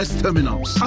terminals